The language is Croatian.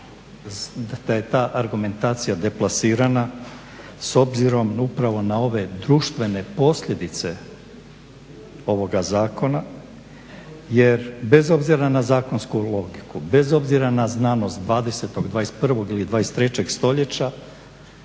da je ta argumentacija deplasiranja s obzirom na ove društvene posljedice ovoga zakona jer bez obzira na zakonsku logiku, bez obzira na znanost 20., 21. ili 23. stoljeća